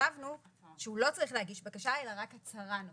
כתבנו שהוא לא צריך להגיש בקשה, אלא רק הצהרה.